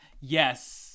Yes